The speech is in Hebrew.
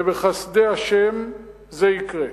ובחסדי השם זה יקרה,